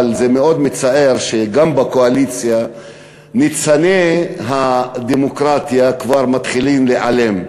אבל זה מאוד מצער שגם בקואליציה ניצני הדמוקרטיה כבר מתחילים להיעלם.